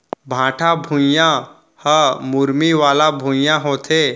भाठा भुइयां ह मुरमी वाला भुइयां होथे